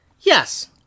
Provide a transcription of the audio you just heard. Yes